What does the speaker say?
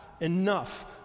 Enough